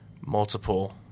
multiple